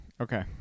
Okay